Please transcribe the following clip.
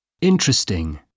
Interesting